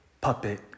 puppet